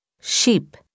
sheep